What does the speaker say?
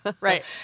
Right